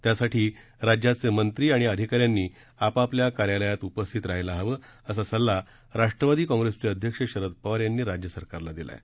त्यासाठी राज्याचे मंत्री आणि अधिकाऱ्यांनी आपापल्या कार्यालयात उपस्थित राहायला हवं असा सल्ला राष्ट्रवादी काँग्रेसचे अध्यक्ष शरद पवार यांनी राज्य सरकारला दिला आहे